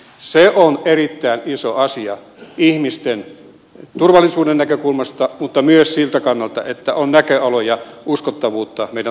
se on erittäin iso asia ihmisten turvallisuuden näkökulmasta mutta myös siltä kannalta että on näköaloja uskottavuutta meidän talouspolitiikassamme